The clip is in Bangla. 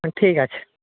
ঠিক আছে